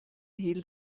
hehl